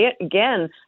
again